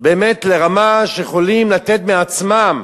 לרמה שהם יכולים לתת מעצמם,